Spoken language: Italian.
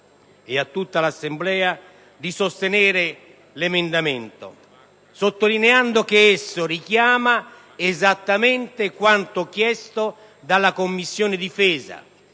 e a tutta l'Assemblea di sostenere tale emendamento, sottolineando che esso richiama esattamente quanto chiesto dalla Commissione difesa,